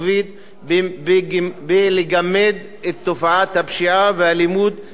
בגימוד תופעת הפשיעה והאלימות בשטח.